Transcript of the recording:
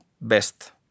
best